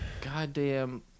goddamn